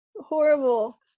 horrible